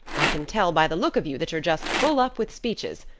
i can tell by the look of you that you're just full up with speeches,